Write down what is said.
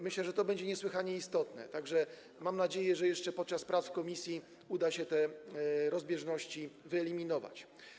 Myślę, że to będzie niesłychanie istotne, tak że mam nadzieję, że jeszcze podczas prac w komisji uda się te rozbieżności wyeliminować.